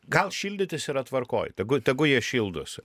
gal šildytis yra tvarkoj tegu tegu jie šildosi